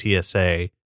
TSA